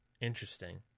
Interesting